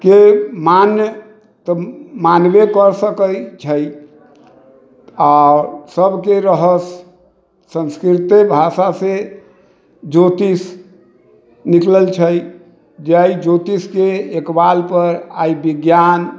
के माने तऽ मानबै करि सकै छै आ सभके रहस्य संस्कृते भाषासँ ज्योतिष निकलल छै जेहि ज्योतिषके इकबाल पर आइ विज्ञान